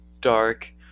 dark